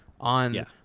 on